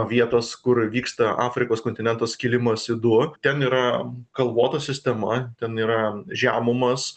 vietos kur vyksta afrikos kontinento skilimas į du ten yra kalvota sistema ten yra žemumos